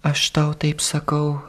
aš tau taip sakau